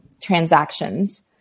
transactions